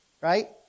right